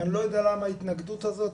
אני לא יודע למה ההתנגדות הזאת,